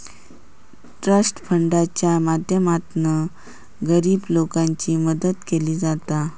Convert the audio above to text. trust फंडाच्या माध्यमातना गरीब लोकांची मदत केली जाता